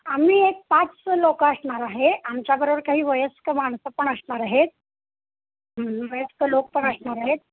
आम्ही एक पाच लोकं असणार आहे आमच्याबरोबर काही वयस्क माणसं पण असणार आहेत वयस्क लोक पण असणार आहेत